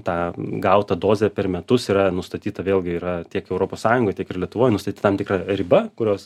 tą gautą dozę per metus yra nustatyta vėlgi yra tiek europos sąjungoj tiek ir lietuvoj nustatyta tam tikra riba kurios